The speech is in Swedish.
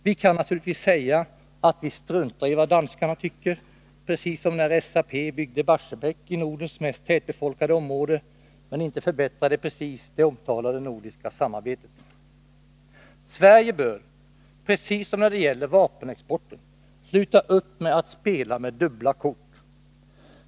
Vi kan naturligtvis säga att vi struntar i vad danskarna tycker, precis som när SAP byggde Barsebäck i Nordens mest tätbefolkade område, men inte förbättrar det precis det omtalade nordiska samarbetet. Sverige bör, precis som när det gäller vapenexporten, sluta att spela med dubbla kort.